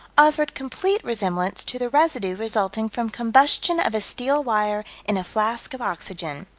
offered complete resemblance to the residue resulting from combustion of a steel wire in a flask of oxygen.